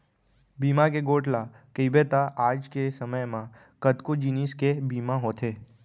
बीमा के गोठ ल कइबे त आज के समे म कतको जिनिस के बीमा होथे